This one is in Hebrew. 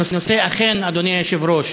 הנושא אכן, אדוני היושב-ראש,